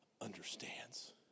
understands